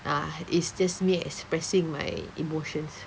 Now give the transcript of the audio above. ah it's just me expressing my emotions